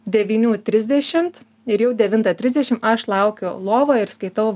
devynių trisdešimt ir jau devintą trisdešim aš laukiu lovą ir skaitau